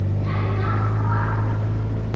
and i do not snore. yes you do.